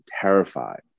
terrified